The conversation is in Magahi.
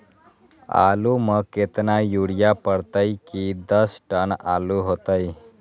आलु म केतना यूरिया परतई की दस टन आलु होतई?